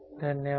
धन्यवाद